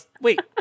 Wait